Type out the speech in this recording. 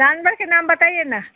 जानवर के नाम बताइए ना